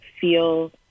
feel